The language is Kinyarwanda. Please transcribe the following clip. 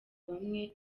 bamwe